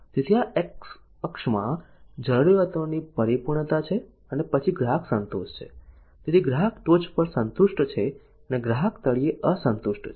તેથી આ એક્સ અક્ષમાં જરૂરિયાતોની પરિપૂર્ણતા છે અને પછી ગ્રાહક સંતોષ છે તેથી ગ્રાહક ટોચ પર સંતુષ્ટ છે અને ગ્રાહક તળિયે અસંતુષ્ટ છે